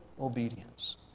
obedience